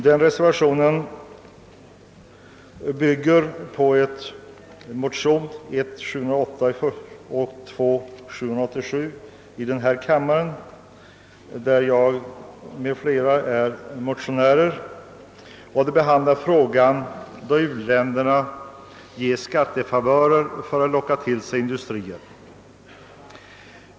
Den reservationen bygger på motionen I: 708 och motionen II: 787, vilken senare jag undertecknat tillsammans med en annan ledamot av kammaren. Där behandlas frågan om de skattefavörer som u-länderna ger för att locka till sig industrier.